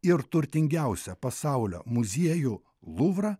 ir turtingiausią pasaulio muziejų luvrą